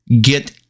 get